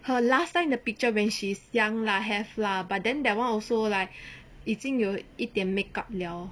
her last time in the picture when she's young lah have lah but then that [one] also like 已经有一点 makeup liao